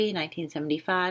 1975